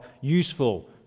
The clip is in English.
useful